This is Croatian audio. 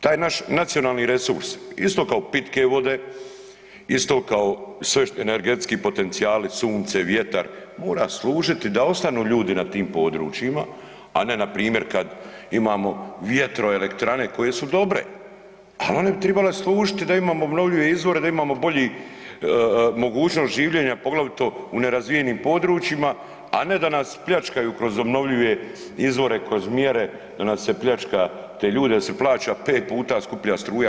Taj naš nacionalni resurs isto kao pitke vode, isto kao što je energetski potencijali, sunce, vjetar mora služiti da ostanu ljudi na tim područjima, a ne npr. kada imamo vjetroelektrane koje su dobre, ali one bi trebale služiti da imamo obnovljive izvore, da imamo bolje mogućnosti življenja poglavito u nerazvijenim područjima, a ne da nas pljačkaju kroz obnovljive izvore, kroz mjere da nam se pljačka te ljude, da se plaća 5 puta skuplja struja.